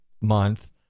month